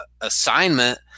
assignment